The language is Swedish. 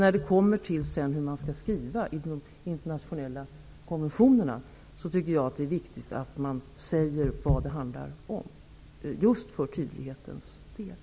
När vi kommer till hur man skall skriva i de internationella konventionerna tycker jag att det är viktigt att vi säger vad det handlar om, just för tydlighetens skull.